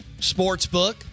Sportsbook